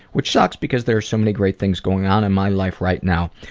which sucks because there's so many great things going on in my life right now.